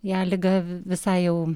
ją liga visai jau